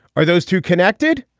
are those two connected.